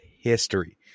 history